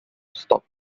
stop